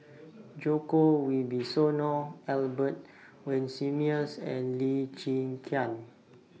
Djoko Wibisono Albert Winsemius and Lee Cheng